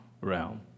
realm